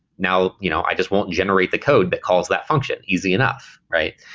now, you know i just won't generate the code that calls that function, easy enough. right?